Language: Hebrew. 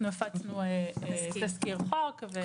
אנחנו הפצנו תסקיר חוק ואנחנו נקווה.